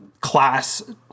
class